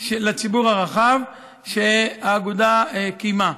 לציבור הרחב שהאגודה קיימה.